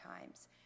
times